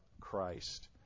Christ